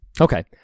Okay